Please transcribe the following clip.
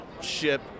ship